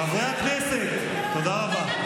חברי הכנסת, תודה רבה.